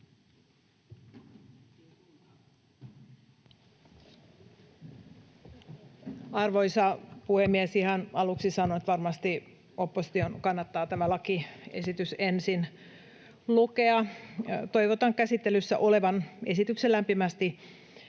Arvoisa puhemies! Ihan aluksi sanon, että varmasti opposition kannattaa tämä lakiesitys ensin lukea. Toivotan käsittelyssä olevan esityksen lämpimästi tervetulleeksi.